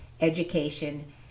education